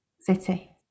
City